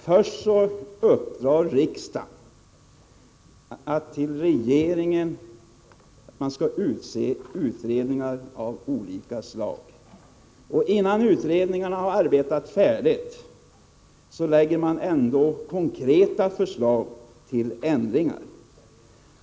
Först uppdrar riksdagen till regeringen att tillsätta utredningar av olika slag, och innan utredningarna har arbetat färdigt framläggs konkreta förslag till ändringar.